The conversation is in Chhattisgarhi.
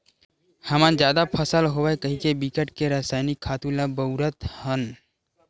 हमन जादा फसल होवय कहिके बिकट के रसइनिक खातू ल बउरत हन